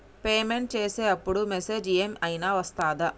Payment చేసే అప్పుడు message ఏం ఐనా వస్తదా?